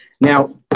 Now